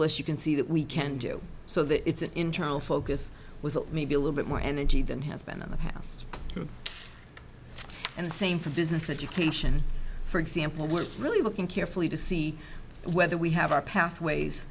list you can see that we can do so that it's an internal focus with maybe a little bit more energy than has been in the past and same for business education for example we're really looking carefully to see whether we have our pathways